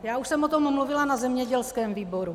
Já už jsem o tom mluvila na zemědělském výboru.